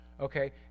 Okay